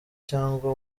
cyangwa